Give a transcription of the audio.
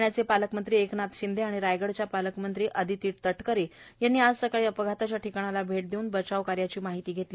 ठाण्याचे पालकमंत्री एकनाथ शिंदे आणि रायगडच्या पालकमंत्री आदिती तटकरे यांनी आज सकाळी अपघाताच्या ठिकाणाला भेट देऊन बचाव कार्याची माहिती घेतली